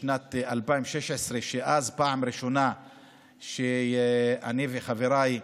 שבשנת 2016 בפעם הראשונה אני וחבריי,